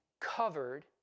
covered